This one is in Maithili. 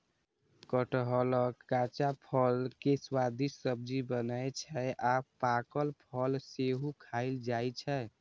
कटहलक कच्चा फल के स्वादिष्ट सब्जी बनै छै आ पाकल फल सेहो खायल जाइ छै